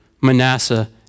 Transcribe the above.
Manasseh